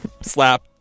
slap